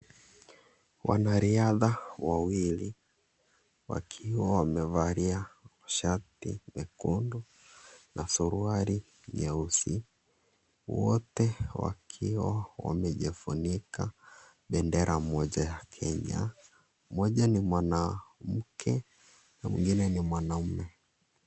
Wanariadha wawili, wakiwa wamevalia shati nyekundu, na suruari nyeusi, wote wakiwa wamejifunika bendera moja ya Kenya, mmoja ni mwanamke, na mwingine ni mwanaume.